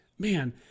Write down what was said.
Man